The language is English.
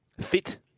Fit